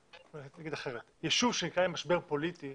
ישוב שנקלע למשבר פוליטי